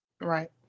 Right